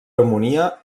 harmonia